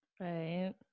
Right